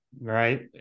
Right